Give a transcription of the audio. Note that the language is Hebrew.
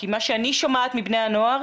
כי מה שאני שומעת מבני הנוער,